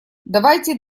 давайте